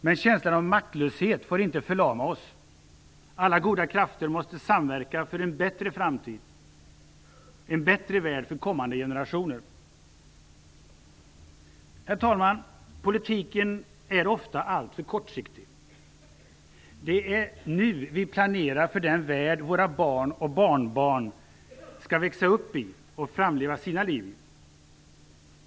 Men känslan av maktlöshet får inte förlama oss. Alla goda krafter måste samverka för en bättre framtid; en bättre värld för kommande generationer. Herr talman! Politiken är ofta alltför kortsiktig. Det är nu vi planerar för den värld våra barn och barnbarn skall växa upp i och framleva sina liv i.